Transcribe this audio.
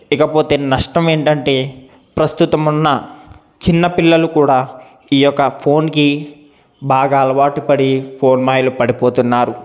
ఇకపోతే నష్టం ఏంటంటే ప్రస్తుతం ఉన్న చిన్న పిల్లలు కూడా ఈయొక్క ఫోన్కి బాగా అలవాటు పడి ఫోన్ మాయలో పడిపోతున్నారు